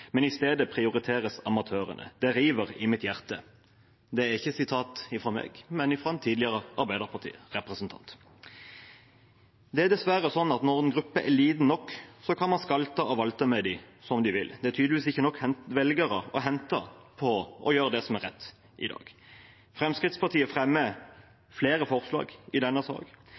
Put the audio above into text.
men i stedet prioriteres amatørene. Det river i mitt hjerte. Det er ikke sitat fra meg, men fra en tidligere arbeiderpartirepresentant. Det er dessverre sånn at når en gruppe er liten nok, kan man skalte og valte med dem som man vil. Det er tydeligvis ikke nok velgere å hente på å gjøre det som er rett i dag. Fremskrittspartiet fremmer flere forslag i denne